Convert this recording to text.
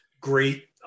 great